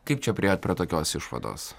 kaip čia priėjot prie tokios išvados